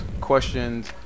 questions